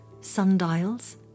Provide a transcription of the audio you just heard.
sundials